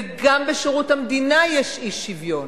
וגם בשירות המדינה יש אי-שוויון.